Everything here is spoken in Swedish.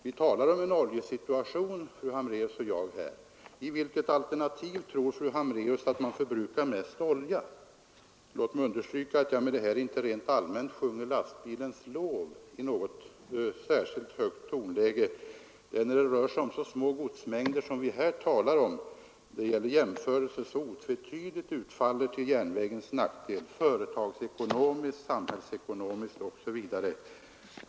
Fru Hambraeus och jag talar om en oljebristsituation. I vilket av alternativen tror fru Hambraeus att man förbrukar mest olja? Låt mig understryka att jag därmed inte rent allmänt sjunger lastbilens lov i något särskilt högt tonläge, men det rör sig här om små godsmängder, och jämförelsen utfaller otvetydigt till järnvägens nackdel företagsekonomiskt, sam hällsekonomiskt osv.